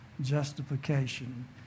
Justification